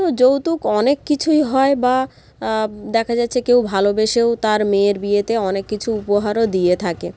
তো যৌতুক অনেক কিছুই হয় বা দেখা যাচ্ছে কেউ ভালোবেসেও তার মেয়ের বিয়েতে অনেক কিছু উপহারও দিয়ে থাকে